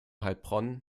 heilbronn